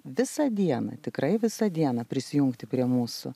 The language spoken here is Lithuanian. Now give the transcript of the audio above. visą dieną tikrai visą dieną prisijungti prie mūsų